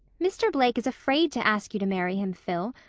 mr. blake is afraid to ask you to marry him, phil.